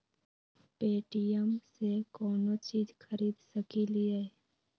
Paytm से कौनो चीज खरीद सकी लिय?